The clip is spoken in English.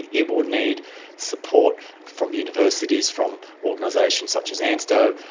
it would need support from universities, from organisations such as ansto,